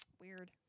Weird